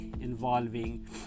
involving